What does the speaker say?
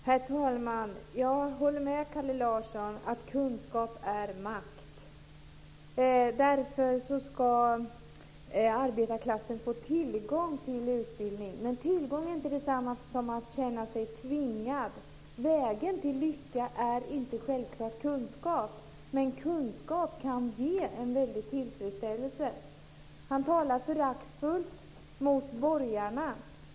Herr talman! Jag håller med Kalle Larsson att kunskap är makt. Därför ska arbetarklassen få tillgång till utbildning. Men tillgång är inte detsamma som att känna sig tvingad. Vägen till lycka är inte självklart kunskap, men kunskap kan ge en väldig tillfredsställelse. Kalle Larsson talar föraktfullt mot borgarna.